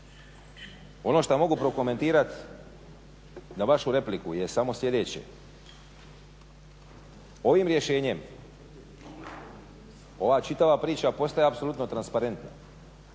Ono što mogu prokomentirati na vašu repliku je samo sljedeće, ovim rješenjem ova čitava priča postaje apsolutno transparentna